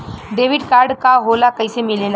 Debit card का होला कैसे मिलेला?